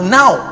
now